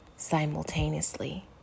Simultaneously